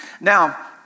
Now